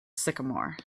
sycamore